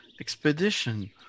expedition